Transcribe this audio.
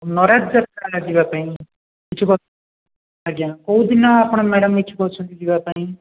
ନରାଜ ଯାତ୍ରାରେ ଯିବା ପାଇଁ ଆଜ୍ଞା କେଉଁଦିନ ଆପଣ ମ୍ୟାଡ଼ାମ୍ ଇଛୁକ ଅଛନ୍ତି ଯିବା ପାଇଁ